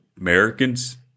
Americans